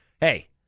hey